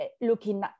looking